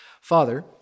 Father